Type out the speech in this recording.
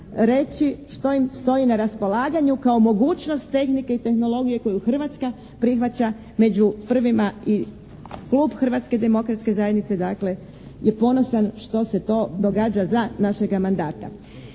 reći što im stoji na raspolaganju kao mogućnost tehnike i tehnologije koju Hrvatska prihvaća među prvima. I klub Hrvatske demokratske zajednice dakle je ponosan što se to događa za našega mandata.